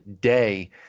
day